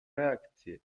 reakcje